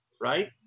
right